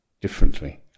differently